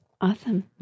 Awesome